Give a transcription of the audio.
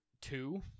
Two